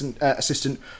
assistant